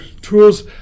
tools